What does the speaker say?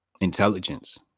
intelligence